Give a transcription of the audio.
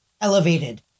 elevated